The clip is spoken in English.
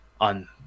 on